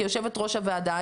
כיו"ר הוועדה,